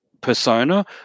persona